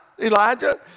Elijah